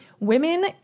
Women